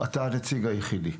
אתה הנציג היחיד.